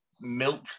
milk